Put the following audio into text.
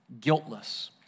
guiltless